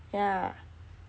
yah